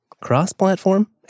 cross-platform